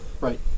Right